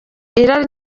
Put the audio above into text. irari